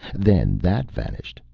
then that vanished,